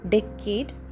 Decade